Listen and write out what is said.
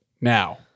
now